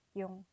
yung